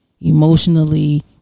emotionally